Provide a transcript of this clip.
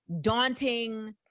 daunting